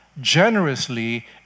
generously